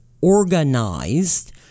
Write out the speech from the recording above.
organized